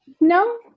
No